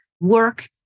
work